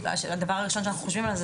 הדבר הראשון שאנחנו חושבים עליו זה,